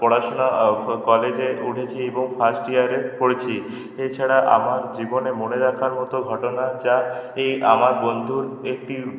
পড়াশোনা কলেজে উঠেছি এবং ফার্স্ট ইয়ারে পড়ছি এছাড়া আমার জীবনে মনে রাখার মতো ঘটনা যা এই আমার বন্ধুর একটি